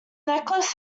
necklace